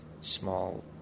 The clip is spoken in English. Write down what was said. small